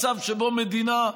מצב שבו מדינה,